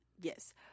yes